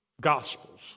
gospels